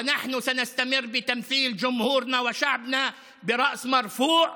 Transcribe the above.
ואנחנו נמשיך לייצג את הציבור שלנו והעם שלנו בראש מורם.